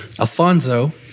Alfonso